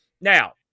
now